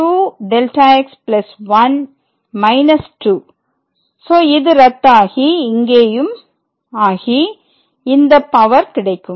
So இது ரத்து ஆகி இங்கேயும் ஆகி இந்த பவர் கிடைக்கும்